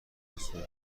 افتخار